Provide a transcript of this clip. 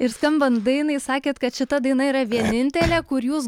ir skambant dainai sakėt kad šita daina yra vienintelė kur jūs